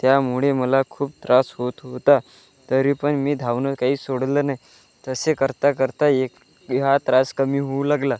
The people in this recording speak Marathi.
त्यामुळे मला खूप त्रास होत होता तरी पण मी धावणं काही सोडलं नाही तसे करता करता एक हा त्रास कमी होऊ लागला